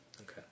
Okay